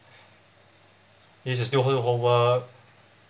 you just do the whole work